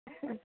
ம்